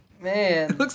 man